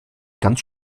ganz